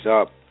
up